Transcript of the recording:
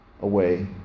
away